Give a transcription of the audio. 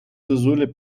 зозуля